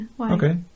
Okay